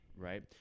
Right